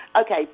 Okay